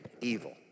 evil